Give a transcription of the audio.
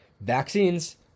vaccines